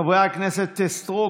חברי הכנסת אורית סטרוק,